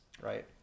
right